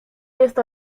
jest